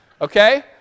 Okay